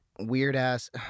weird-ass